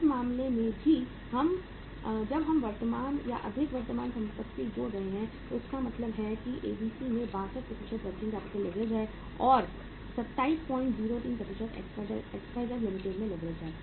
इस मामले में भी जब हम अधिक वर्तमान संपत्ति जोड़ रहे हैं तो इसका मतलब है कि एबीसी में 62 वर्किंग कैपिटल लीवरेज है और 2703 XYZ लिमिटेड में लीवरेज है